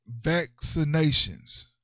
vaccinations